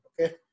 okay